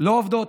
לא עובדות.